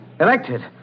Elected